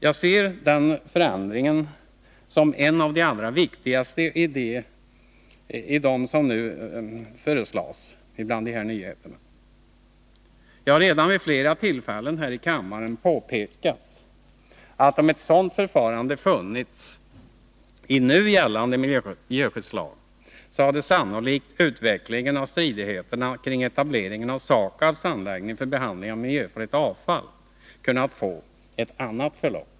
Jag ser den förändringen som en av de allra viktigaste av de nu föreslagna nyheterna. Jag har redan vid flera tillfällen här i kammaren påpekat, att om ett sådant förfarande hade funnits i nu gällande miljöskyddslag, hade sannolikt utvecklingen av stridigheterna kring etableringen av SAKAB:s anläggning för behandling av miljöfarligt avfall kunnat få ett annat förlopp.